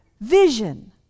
vision